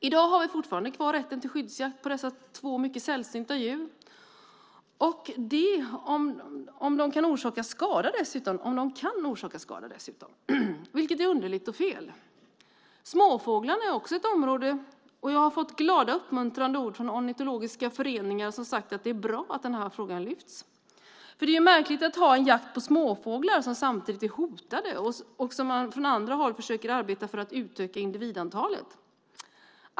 I dag har vi fortfarande kvar rätten till skyddsjakt på dessa två mycket sällsynta djur, och det därför att de kan orsaka skada, vilket är underligt och fel. Småfåglarna är också ett område som diskuteras, och jag har fått glada uppmuntrande ord från ornitologiska föreningar som sagt att det är bra att denna fråga lyfts fram. Det är märkligt att ha en jakt på småfåglar som samtidigt är hotade och som man från andra håll försöker arbeta för att utöka individantalet av.